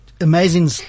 amazing